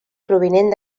provinent